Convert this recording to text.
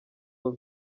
hall